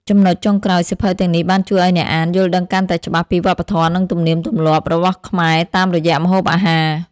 ចំណុចចុងក្រោយ សៀវភៅទាំងនេះបានជួយឲ្យអ្នកអាន យល់ដឹងកាន់តែច្បាស់ពីវប្បធម៌ និងទំនៀមទម្លាប់ របស់ខ្មែរតាមរយៈម្ហូបអាហារ។